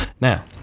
Now